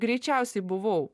greičiausiai buvau